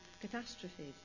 catastrophes